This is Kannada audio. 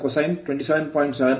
7 ಆಗಿರುತ್ತದೆ0